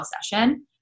session